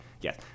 yes